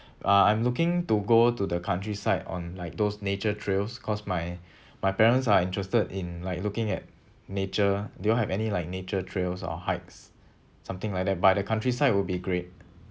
uh I'm looking to go to the countryside on like those nature trails cause my my parents are interested in like looking at nature do you all have any like nature trails or hikes something like that but the countryside would be great